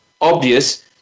obvious